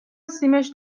سیمش